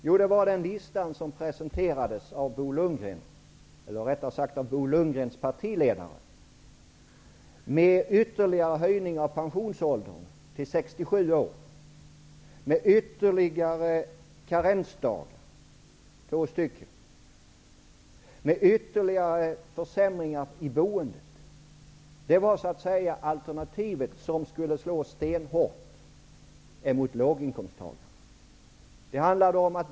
Jo, det var den lista som presenterades av Bo Lundgrens partiledare. Den listan innehöll ytterligare höjning av pensionsåldern till 67 år, två ytterligare karensdagar och ytterligare försämringar i boendet. Det var alternativet, som skulle slå stenhårt emot låginkomsttagarna.